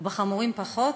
ובחמורים פחות,